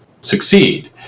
succeed